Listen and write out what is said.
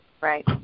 right